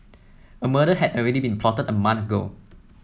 a murder had already been plotted a month ago